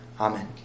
Amen